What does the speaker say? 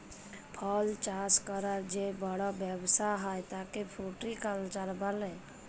ফল চাষ ক্যরার যে বড় ব্যবসা হ্যয় তাকে ফ্রুটিকালচার বলে